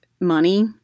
money